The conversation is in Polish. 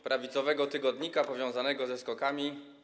prawicowego tygodnika powiązanego ze SKOK-ami.